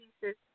pieces